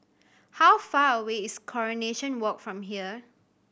how far away is Coronation Walk from here